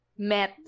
met